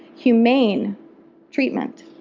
humane treatment.